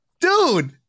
Dude